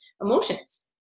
emotions